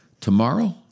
Tomorrow